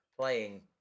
playing